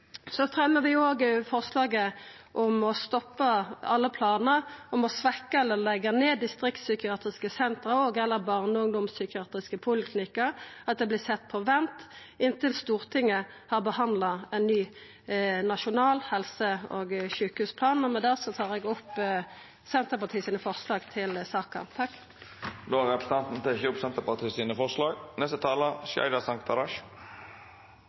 Så fremjar vi òg forslag om å stoppa alle planar om å svekkja eller leggja ned distriktspsykiatriske senter og/eller barne- og ungdomspsykiatriske poliklinikkar – at det vert sett på vent til Stortinget har behandla ein ny nasjonal helse- og sjukehusplan. Med det tar eg opp forslaget frå Senterpartiet og SV i saka. Representanten Kjersti Toppe har teke opp